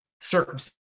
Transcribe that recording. circumstances